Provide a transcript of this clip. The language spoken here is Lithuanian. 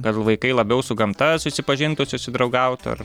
kad vaikai labiau su gamta susipažintų susidraugautų ar